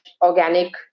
organic